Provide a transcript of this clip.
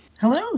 hello